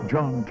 John